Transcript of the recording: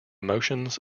motions